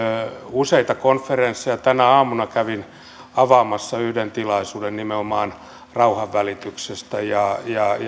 useita konferensseja tänä aamuna kävin avaamassa yhden tilaisuuden nimenomaan rauhanvälityksestä ja ja